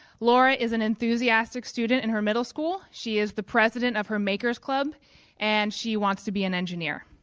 laura is an enthusiastic student in her middle school. she is the president of her makers club and she wants to be an engineer.